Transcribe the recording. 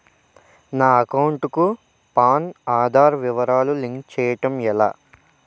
నా అకౌంట్ కు పాన్, ఆధార్ వివరాలు లింక్ చేయటం ఎలా?